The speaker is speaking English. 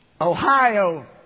Ohio